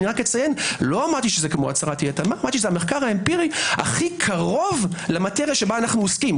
אמרתי שזה המחקר האמפירי הכי קרוב למטריה שבה אנו עוסקים.